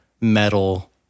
metal